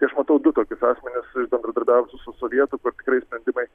tai aš matau du tokius asmenis iš bendradarbiavusių su sovietų kur tikrai sprendimai